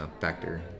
factor